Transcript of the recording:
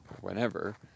whenever